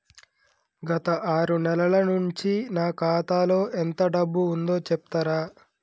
గత ఆరు నెలల నుంచి నా ఖాతా లో ఎంత డబ్బు ఉందో చెప్తరా?